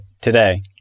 today